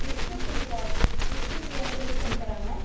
Vishnupriya Vishnupriya cell சென்டராங்க